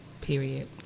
Period